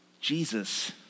Jesus